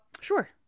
Sure